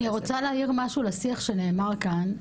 אני רוצה להעיר לשיח שנאמר כאן,